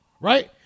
Right